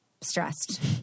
stressed